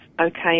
okay